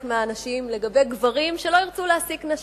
מהאנשים לגבי גברים שלא ירצו להעסיק נשים.